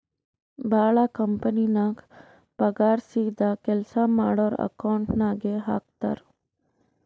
ಭಾಳ ಕಂಪನಿನಾಗ್ ಪಗಾರ್ ಸೀದಾ ಕೆಲ್ಸಾ ಮಾಡೋರ್ ಅಕೌಂಟ್ ನಾಗೆ ಹಾಕ್ತಾರ್